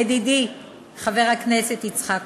ידידי חבר הכנסת יצחק כהן,